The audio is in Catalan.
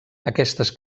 aquestes